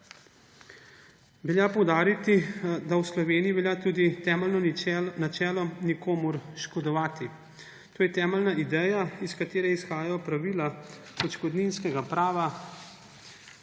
Velja poudariti, da v Sloveniji velja tudi temeljno načelo nikomur škodovati. To je temeljna ideja, iz katere izhajajo pravila odškodninskega prava,